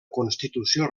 constitució